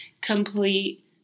complete